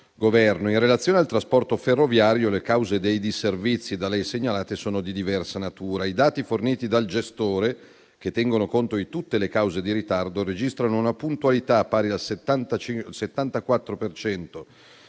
Governo. In relazione al trasporto ferroviario, le cause dei disservizi da lei segnalate sono di diversa natura. I dati forniti dal gestore, che tengono conto di tutte le cause di ritardo, registrano una puntualità pari al 74